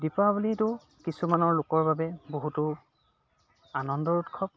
দীপাৱলীটো কিছুমান লোকৰ বাবে বহুতো আনন্দৰ উৎসৱ